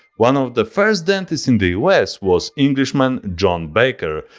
one of the first dentists in the us was englishman john baker,